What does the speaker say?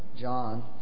John